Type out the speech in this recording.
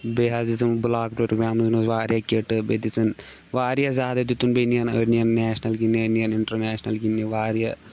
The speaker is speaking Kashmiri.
بیٚیہِ حظ دِژٕن بلاک پروگرامس منٛز واریاہ کِٹہٕ بیٚیہِ دِژٕن واریاہ زیادٕ دِتُن بیٚیہِ نِیَن أڑۍ أڑۍ نِیَن نیشنَل گِنٛدنہِ أڑۍ نِیَن اِنٹَرنیشنَل گِنٛدنہِ واریاہ